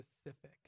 specific